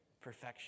perfection